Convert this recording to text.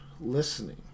listening